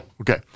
Okay